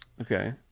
okay